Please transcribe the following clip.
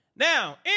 Now